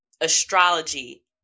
astrology